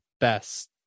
best